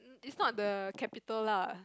is not the capital lah